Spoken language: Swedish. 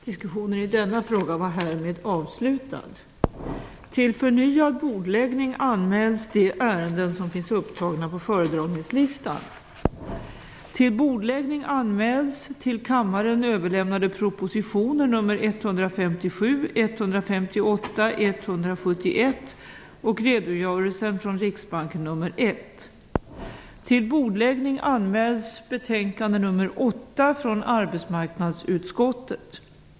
Den utrikespolitiska debatten inleds av utrikesministern, som redovisar regeringens utrikespolitik. Därefter följer inlägg från företrädare för partierna i storleksordning om vardera 15 minuter och ytterligare två omgångar anföranden.